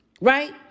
Right